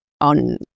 on